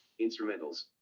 instrumentals